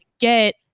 get